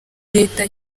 leta